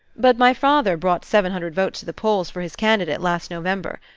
but my father brought seven hundred votes to the polls for his candidate last november.